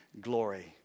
glory